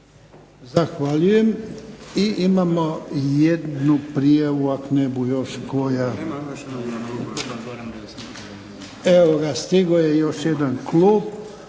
Ivan (HDZ)** I imamo jednu prijavu ako ne bu još koja. Evo stigao je još jedan klub.